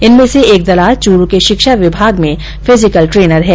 इनमें से एक दलाल चूरू के शिक्षा विभाग में फिजिकल ट्रेनर है